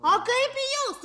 o kaip jūs